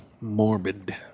Morbid